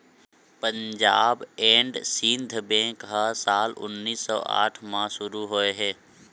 Punjab and Sind bank ह साल उन्नीस सौ आठ म शुरू होए हे